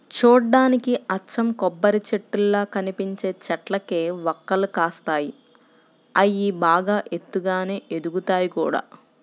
చూడ్డానికి అచ్చం కొబ్బరిచెట్టుల్లా కనిపించే చెట్లకే వక్కలు కాస్తాయి, అయ్యి బాగా ఎత్తుగానే ఎదుగుతయ్ గూడా